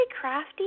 crafty